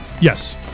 Yes